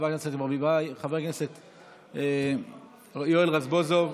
חבר הכנסת יואל רזבוזוב,